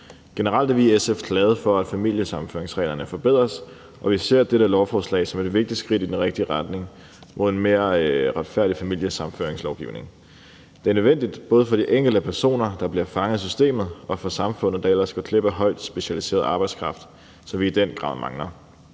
Generelt er vi i SF glade for, at familiesammenføringsreglerne forbedrede, og vi ser dette lovforslag som et vigtigt skridt i den rigtige retning mod en mere retfærdig familiesammenføringslovgivning. Det er nødvendigt både for de enkelte personer, der bliver fanget af systemet, og for samfundet, der ellers går glip af højt specialiseret arbejdskraft, som vi i den grad mangler.